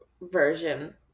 version